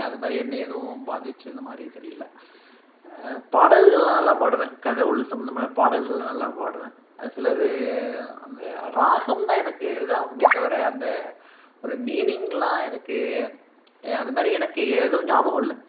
அது மாதிரி என்னை எதுவும் பாதிச்சது மாதிரி தெரியலை பாடல்கள்லாம் நல்லா பாடுவேன் கடவுள் சம்மந்தமான பாடல்களை நல்லா பாடுவேன் சிலது அந்த ராகம் தான் எனக்கு இதாக ஆகுமே தவிர அந்த ஒரு மீனிங்லாம் எனக்கு அது மாதிரி எனக்கு எதும் ஞாபகம் இல்லை